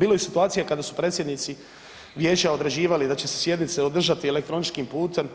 Bilo je situacija kada su predsjednici vijeća određivali da će se sjednice održati elektroničkim putem,